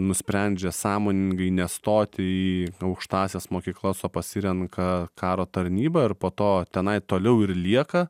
nusprendžia sąmoningai ne stoti į aukštąsias mokyklas o pasirenka karo tarnybą ir po to tenai toliau ir lieka